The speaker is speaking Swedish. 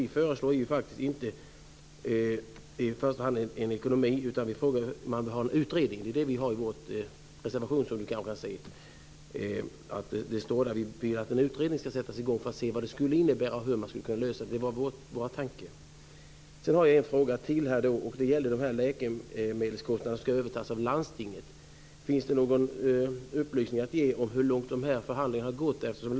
Vad vi i första hand vill ha är en utredning. Det står i vår reservation, som Catherine Persson kanske har sett, att vi vill att en utredning ska tillsättas för att se hur man kan finna en lösning. Jag har en fråga till. Den gäller läkemedelskostnaderna som ska övertas av landstinget. Finns det någon upplysning om hur långt förhandlingarna har kommit?